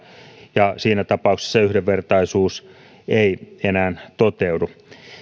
ja siinä tapauksessa yhdenvertaisuus ei enää toteudu